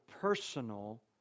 personal